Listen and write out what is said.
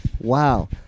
Wow